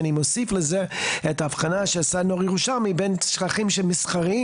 אני מוסיף את ההבחנה של ירושלמי בין צרכים מסחריים,